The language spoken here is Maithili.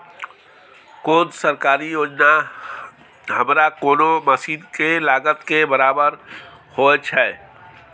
कोन सरकारी योजना हमरा कोनो मसीन के लागत के बराबर होय छै?